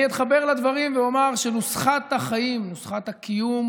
אני אתחבר לדברים ואומר שנוסחת החיים, נוסחת הקיום